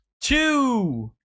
two